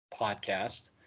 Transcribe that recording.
podcast